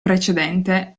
precedente